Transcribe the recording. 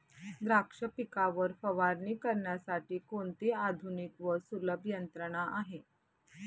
द्राक्ष पिकावर फवारणी करण्यासाठी कोणती आधुनिक व सुलभ यंत्रणा आहे?